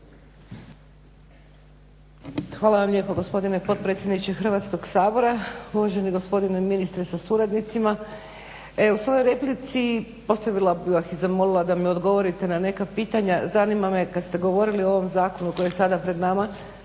Hvala vam lijepo gospodine potpredsjedniče Hrvatskog sabora, uvaženi gospodine ministre sa suradnicima. Evo u svojoj replici postavila bih vam i zamolila da mi odgovorite na neka pitanja. Zanima me kad ste govorili o ovom zakonu koji je sad pred nama